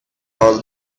all